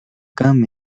come